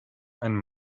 ein